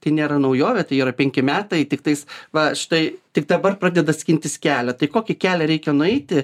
tai nėra naujovė tai yra penki metai tiktais va štai tik dabar pradeda skintis kelią tai kokį kelią reikia nueiti